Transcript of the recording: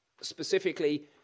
specifically